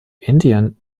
indian